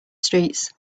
streets